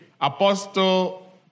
Apostle